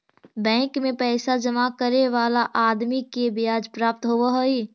bank में पैसा जमा करे वाला आदमी के ब्याज प्राप्त होवऽ हई